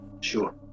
Sure